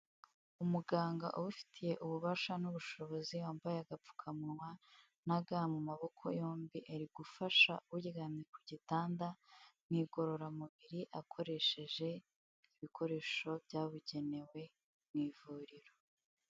Umuganga ubifitiye ububasha n'ubushobozi yambaye agapfukamunwa na ga mu maboko yombi, ari gufasha uryamye ku gitanda mu igorororamubiri akoresheje ibikoresho byabugenewe mu ivuriro.